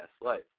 life